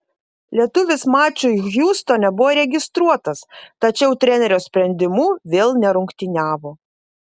lietuvis mačui hjustone buvo registruotas tačiau trenerio sprendimu vėl nerungtyniavo